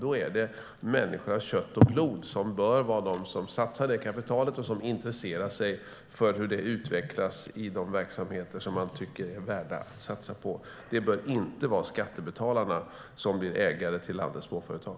Det är människor av kött och blod som bör vara de som satsar det kapitalet och som intresserar sig för hur det utvecklas i de verksamheter som man tycker är värda att satsa på. Skattebetalarna bör inte bli ägare till landets småföretag.